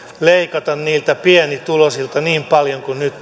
leikata niiltä pienituloisilta niin paljon kuin nyt